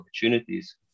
opportunities